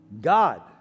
God